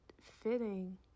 fitting